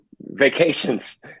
vacations